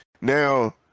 now